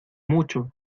mucho